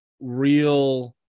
real